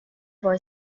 boy